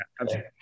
okay